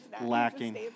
lacking